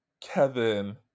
Kevin